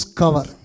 cover